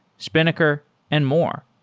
spinnaker and more.